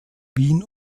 wien